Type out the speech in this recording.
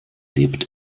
lebt